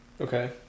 Okay